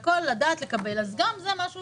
אז גם זה משהו